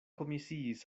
komisiis